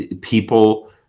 People